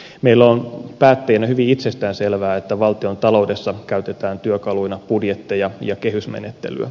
meille on päättäjinä hyvin itsestään selvää että valtiontaloudessa käytetään työkaluina budjetteja ja kehysmenettelyä